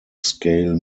scale